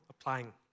applying